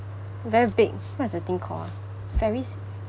very big what's the thing call ah ferries